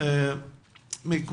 מנהל מערך בריאות הציבור,